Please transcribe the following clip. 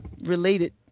related